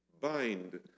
Bind